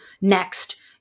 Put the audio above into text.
next